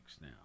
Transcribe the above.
now